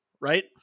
right